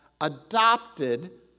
adopted